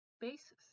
basis